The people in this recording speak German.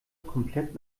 komplett